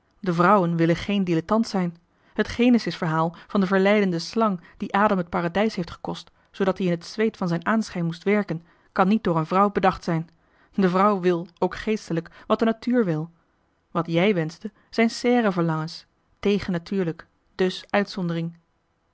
de vrouwen willen geen dilettant zijn het genesis verhaal van de verleidende slang die adam het paradijs heeft gekost zoodat ie in het zweet van zijn aanschijn moest werken kan niet door een vrouw zijn bedacht de vrouw wil ook geestelijk wat de natuur wil wat jij wenschte zijn serre verlangens tegen natuurlijk dus uitzondering